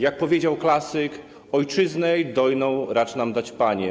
Jak powiedział klasyk: ojczyznę dojną racz nam dać, Panie.